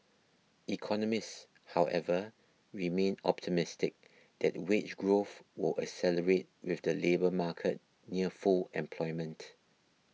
economists however remain optimistic that wage growth will accelerate with the labour market near full employment